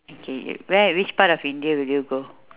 okay where which part of india will you go